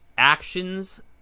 actions